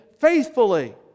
faithfully